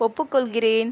ஒப்புக்கொள்கிறேன்